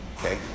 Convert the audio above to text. Okay